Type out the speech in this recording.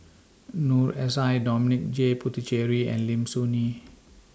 Noor S I Dominic J Puthucheary and Lim Soo Ngee